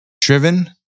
driven